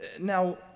Now